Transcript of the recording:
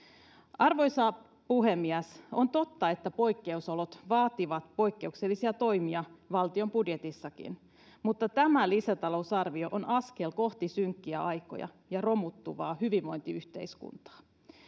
arvoisa puhemies on totta että poikkeusolot vaativat poikkeuksellisia toimia valtion budjetissakin mutta tämä lisätalousarvio on askel kohti synkkiä aikoja ja romuttuvaa hyvinvointiyhteiskuntaa